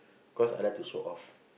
cause I like to show off